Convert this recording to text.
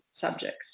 subjects